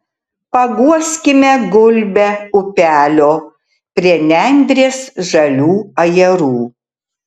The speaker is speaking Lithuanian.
paguoskime gulbę upelio prie nendrės žalių ajerų